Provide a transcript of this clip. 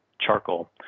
charcoal